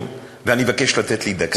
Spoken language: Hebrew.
ואני מבקש לתת לי דקה אחת נוספת.